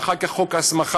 ואחר כך חוק ההסמכה,